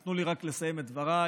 תנו לי רק לסיים את דבריי.